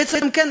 בעצם כן,